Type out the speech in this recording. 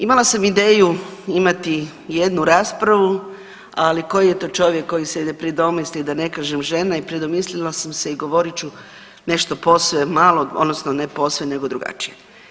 Imala sam ideju imati jednu raspravu, ali koji je to čovjek koji se ne predomisli da ne kažem žena i predomislila sam se i govorit ću nešto posve malo odnosno ne posve nego drugačije.